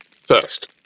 First